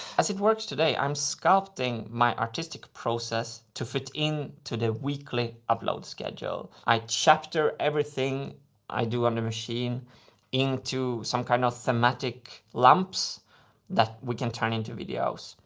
as it works today, i'm sculpting my artistic process to fit in to the weekly upload schedule. i chapter everything i do on the machine into some kind of thematic lumps that we can turn into videos.